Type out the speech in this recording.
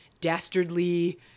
dastardly